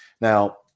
Now